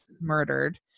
murdered